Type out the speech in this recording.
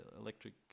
electric